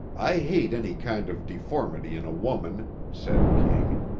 i hate any kind of deformity in a woman, said king,